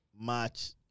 match